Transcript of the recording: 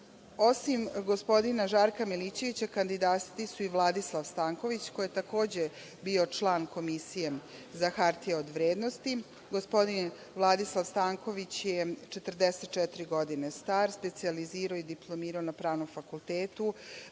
gospodina Žarka Milićevića, kandidati su i Vladislav Stanković, koji je takođe bio član Komisije za hartije od vrednosti. Gospodin Vladislav Stanković je 44 godine star, specijalizirao je i diplomirao na Pravnom fakultetu.